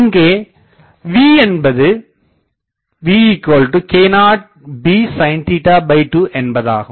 இங்கே vk0bsin2 என்பதாகும்